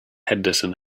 henderson